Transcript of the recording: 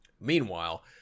Meanwhile